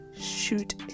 shoot